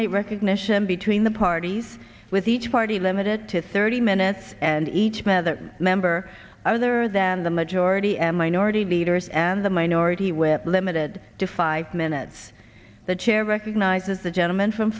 recognition between the parties with each party limited to thirty minutes and each man other member other than the majority and minority leaders and the minority whip limited to five minutes the chair recognizes the gentleman from